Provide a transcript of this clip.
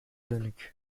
dönük